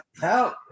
Help